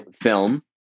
film